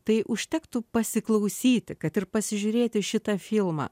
tai užtektų pasiklausyti kad ir pasižiūrėti šitą filmą